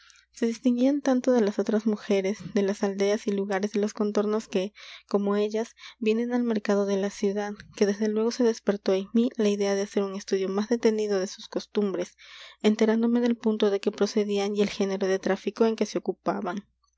se distinguían tanto de las otras mujeres de las aldeas y lugares de los contornos que como ellas vienen al mercado de la ciudad que desde luego se despertó en mí la idea de hacer un estudio más detenido de sus costumbres enterándome del punto de que procedían y el género de tráfico en que se ocupaban